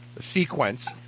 sequence